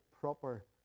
proper